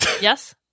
Yes